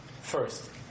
first